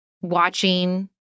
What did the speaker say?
watching